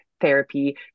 therapy